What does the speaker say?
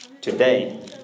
today